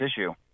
issue